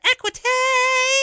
Equity